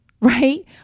right